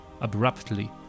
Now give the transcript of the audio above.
abruptly